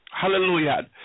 Hallelujah